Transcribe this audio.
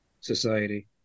society